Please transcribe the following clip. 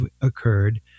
occurred